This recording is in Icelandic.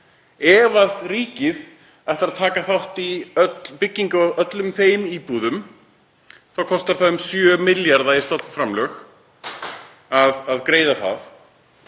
Ef ríkið ætlar að taka þátt í byggingu á öllum þeim íbúðum þá kostar það um 7 milljarða í stofnframlög. En á